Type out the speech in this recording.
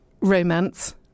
romance